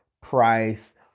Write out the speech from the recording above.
price